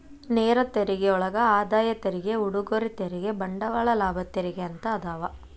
ನೇರ ತೆರಿಗೆಯೊಳಗ ಆದಾಯ ತೆರಿಗೆ ಉಡುಗೊರೆ ತೆರಿಗೆ ಬಂಡವಾಳ ಲಾಭ ತೆರಿಗೆ ಅಂತ ಅದಾವ